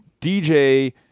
DJ